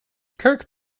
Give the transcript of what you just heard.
kirk